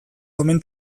omen